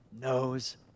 knows